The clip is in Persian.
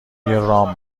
رام